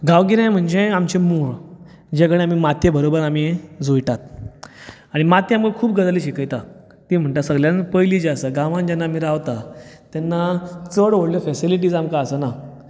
गांवगिरें म्हणजे आमचें मूळ जें कडेन मातये बरोबर आमी जुळटात आनी माती आमकां खूब गजाली शिकयता ती म्हणटा सगल्यान पयलीं जी आसा गांवान जेन्ना आमी रावता तेन्ना चड व्हडल्यो फॅसिलिटीज आमकां आसना